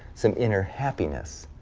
some inner happiness.